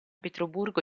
pietroburgo